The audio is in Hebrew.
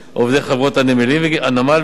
עובדי חברות הנמל וגמלאיהן.